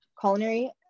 culinary